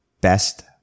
best